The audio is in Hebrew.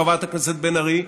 חברת הכנסת בן ארי,